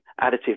additive